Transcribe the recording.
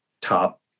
top